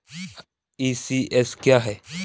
ECS क्या है?